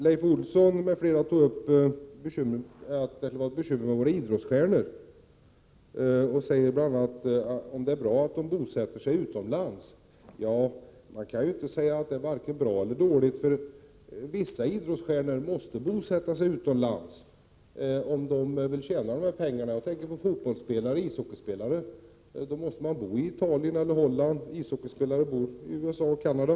Leif Olsson m.fl. menade att vi skulle ha bekymmer med våra idrottsstjärnor. Det frågades bl.a. om det är bra att dessa bosätter sig utomlands. Man kan inte säga att det är vare sig bra eller dåligt. Vissa idrottsstjärnor måste bosätta sig utomlands för att tjäna pengar. Fotbollsspelare flyttar till Italien eller Holland och ishockeyspelare till USA eller Canada.